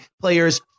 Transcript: players